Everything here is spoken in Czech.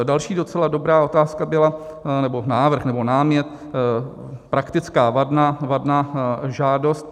Další docela dobrá otázka byla, nebo návrh, nebo námět, praktická vadná žádost.